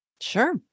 sure